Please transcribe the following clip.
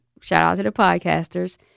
shout-out-to-the-podcasters